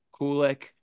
Kulik